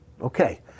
Okay